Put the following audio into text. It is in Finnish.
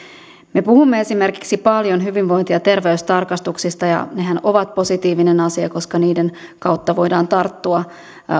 me puhumme esimerkiksi paljon hyvinvointi ja terveystarkastuksista ja nehän ovat positiivinen asia koska niiden kautta voidaan tarttua